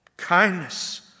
kindness